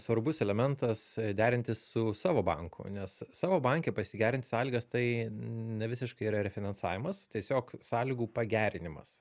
svarbus elementas derintis su savo banku nes savo banke pasigerint sąlygas tai nevisiškai yra refinansavimas tiesiog sąlygų pagerinimas